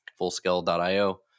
FullScale.io